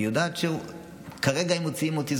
והיא יודעת שאם כרגע מוציאים אותה,